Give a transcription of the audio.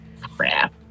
Crap